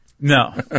No